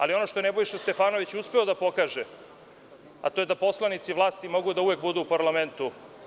Ali, ono što je Nebojša Stefanović uspeo da pokaže, to je da poslanici vlasti mogu uvek da budu u parlamentu.